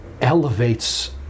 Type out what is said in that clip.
elevates